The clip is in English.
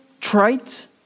Trite